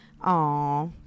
Aw